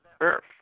Earth